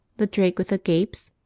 the drake with the gapes,